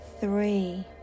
three